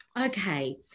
Okay